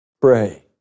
Pray